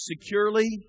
securely